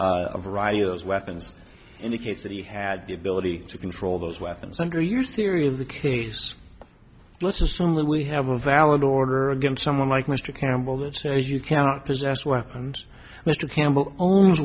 a variety of those weapons indicates that he had the ability to control those weapons under your theory of the case let's assume we have a valid order against someone like mr campbell that says you cannot possess weapons mr campbell owns